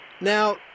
Now